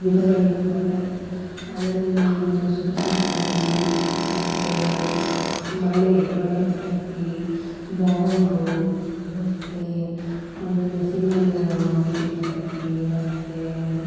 ವಿಧಗಳಿರ್ತವೆ ಅದರಲ್ಲಿ ಒಂದು ಸುರುಸುರು ಕಡ್ಡಿ ಮತ್ತು ಮಳೆ ಮಳೆ ಪಟಾಕಿ ಬಾಂಬು ಮತ್ತು ಒಂದೊಂದು ಸಿಂಗಲ್ ಬೀಡಿ ಪಟಾಕಿ ಮತ್ತು